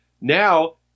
Now